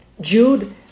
Jude